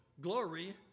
glory